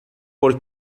por